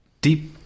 deep